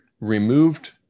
removed